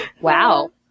Wow